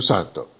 Santo